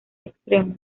extremos